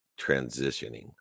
transitioning